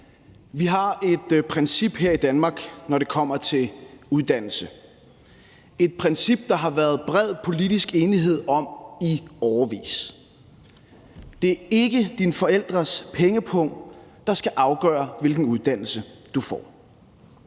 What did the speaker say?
Vi har et princip her i Danmark, når det kommer til uddannelse, et princip, der har været bred politisk enighed om i årevis: Det er ikke dine forældres pengepung, der skal afgøre, hvilken uddannelse du får.